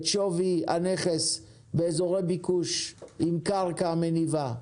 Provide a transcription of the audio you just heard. שווי הנכס באזורי ביקוש עם קרקע מניבה,